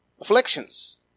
Afflictions